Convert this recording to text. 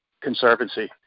Conservancy